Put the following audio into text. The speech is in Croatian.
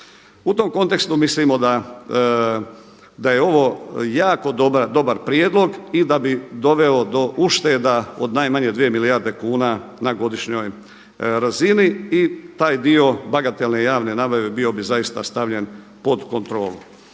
U tom kontekstu mislimo da je ovo jako dobar prijedlog i da bi doveo do ušteda od najmanje 2 milijarde kuna na godišnjoj razini. I taj dio bagatelne javne nabave bio bi zaista stavljen pod kontrolu.